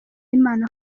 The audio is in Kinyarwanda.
imana